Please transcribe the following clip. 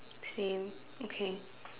same okay